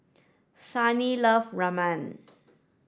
Sunny love Ramen